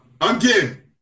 again